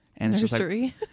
Nursery